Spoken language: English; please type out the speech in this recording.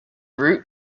route